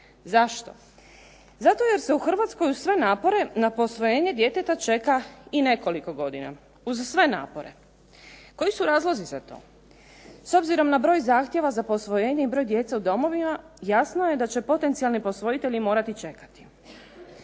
Zašto? Zato jer se u Hrvatskoj uz sve napore na posvojenje djeteta čeka i nekoliko godina. Uz sve napore. Koji su razlozi za to? S obzirom na broj zahtjeva na posvojenje i broj djece u domovima, jasno je da će potencijalni posvojitelji morati čekati.